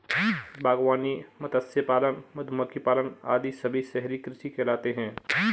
बागवानी, मत्स्य पालन, मधुमक्खी पालन आदि सभी शहरी कृषि कहलाते हैं